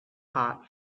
hot